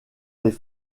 les